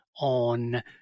on